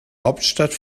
hauptstadt